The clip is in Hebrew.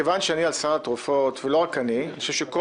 לגבי סל התרופות - אני חושב שאני,